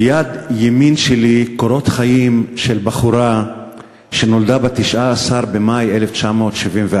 ביד ימין שלי קורות חיים של בחורה שנולדה ב-19 במאי 1974,